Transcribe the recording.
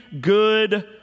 good